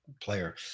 player